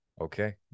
okay